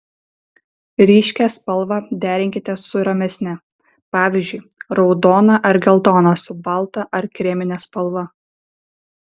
ryškią spalvą derinkite su ramesne pavyzdžiui raudoną ar geltoną su balta ar kremine spalva